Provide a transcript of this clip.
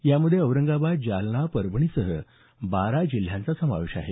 यामध्ये औरंगाबाद जालना परभणी सह बारा जिल्ह्यांचा समावेश आहे